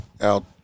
out